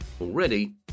already